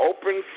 Open